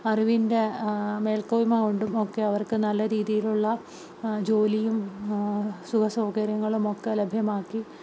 അറിവിൻ്റെ മേൽക്കോയ്മ കൊണ്ടുമൊക്കെ അവർക്ക് നല്ല രീതിയിലുള്ള ജോലിയും സുഖസൗകര്യങ്ങളുമൊക്കെ ലഭ്യമാക്കി